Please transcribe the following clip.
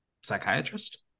psychiatrist